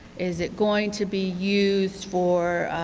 is it going to be used for,